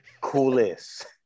Coolest